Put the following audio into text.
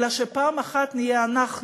אלא שפעם אחת נהיה אנחנו